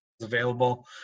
available